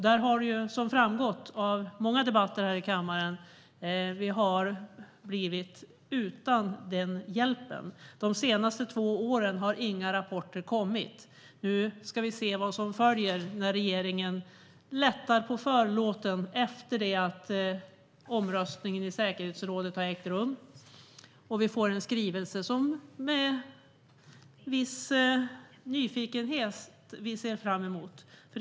Där har vi, som framgått av många debatter här i kammaren, blivit utan den hjälpen. De senaste två åren har inga rapporter kommit. Nu ska vi se vad som följer när regeringen lättar på förlåten efter det att omröstningen i säkerhetsrådet har ägt rum och vi får en skrivelse som vi ser fram emot med en viss nyfikenhet.